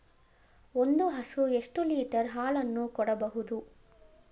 ಒಂದು ಹಸು ಎಷ್ಟು ಲೀಟರ್ ಹಾಲನ್ನು ಕೊಡಬಹುದು?